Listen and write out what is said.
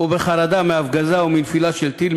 ובחרדה מהפגזה ומנפילה של טיל,